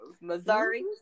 Missouri